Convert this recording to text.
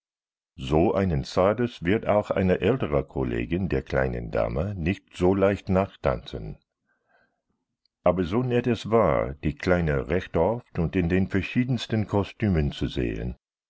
so einen czardas wird auch eine ältere kollegin der kleinen dame nicht so leicht nachtanzen aber so nett es war die kleine recht oft und in den verschiedensten kostümen zu sehen